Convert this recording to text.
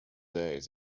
days